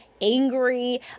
angry